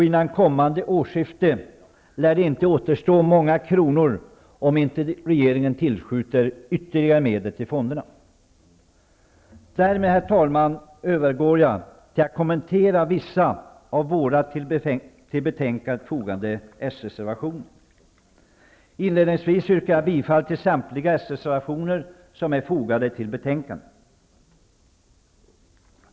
Innan kommande årsskifte lär det inte återstå många kronor om inte regeringen tillskjuter ytterligare medel till fonderna. Därmed, herr talman, övergår jag till att kommentera vissa av våra till betänkandet fogade reservationer. Inledningsvis yrkar jag bifall till samtliga reservationer som är fogade till betänkandet.